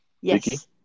yes